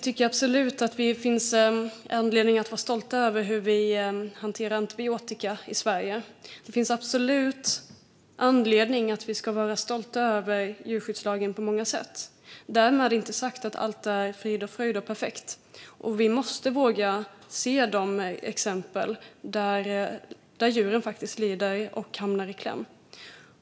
Herr talman! Vi har absolut anledning att vara stolta över hur vi hanterar antibiotika i Sverige. Vi har absolut anledning att vara stolta över djurskyddslagen på många sätt. Därmed inte sagt att allt är frid och fröjd och perfekt. Vi måste våga se de fall där djuren faktiskt lider och hamnar i kläm.